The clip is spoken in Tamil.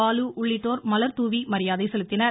பாலு உள்ளிட்டோர் மலர் தூவி மரியாதை செலுத்தினர்